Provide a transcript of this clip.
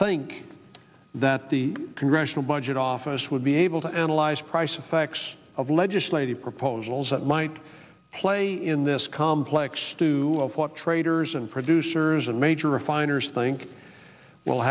think that the congressional budget office would be able to analyze price of facts of legislative proposals that might play in this complex stew of what traders and producers and major refiners think will